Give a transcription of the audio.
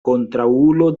kontraŭulo